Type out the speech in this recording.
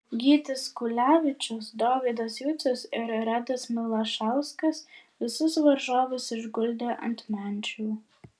gytis kulevičius dovydas jucius ir redas milašauskas visus varžovus išguldė ant menčių